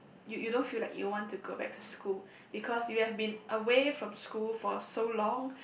you you don't feel like you want to go back to school because you have been away from school for so long